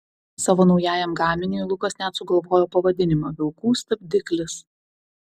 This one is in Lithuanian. savo naujajam gaminiui lukas net sugalvojo pavadinimą vilkų stabdiklis